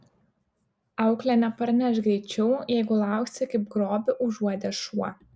auklė neparneš greičiau jeigu lauksi kaip grobį užuodęs šuo